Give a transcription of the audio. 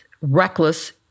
reckless